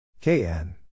KN